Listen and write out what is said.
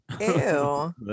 ew